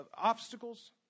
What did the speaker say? obstacles